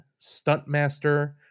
Stuntmaster